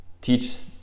teach